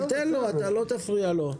אבל תן לו, אתה לא תפריע לו.